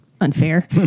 unfair